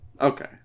Okay